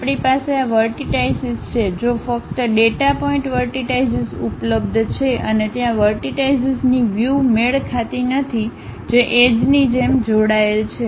આપણી પાસે આ વર્ટિટાઈશીસ છે જો ફક્ત આ ડેટા પોઇન્ટ વર્ટિટાઈશીસ ઉપલબ્ધ છે અને ત્યાં વર્ટિટાઈશીસની વ્યૂ મેળ ખાતી નથી જે એજ ની જેમ જોડાયેલ છે